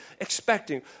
expecting